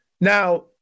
Now